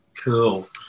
Cool